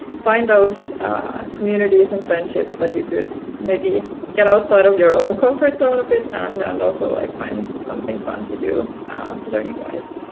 find those communities and friendships that you could maybe get outside of your own comfort zone a bit and and also like find something fun to do learning-wise.